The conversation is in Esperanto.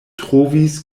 trovis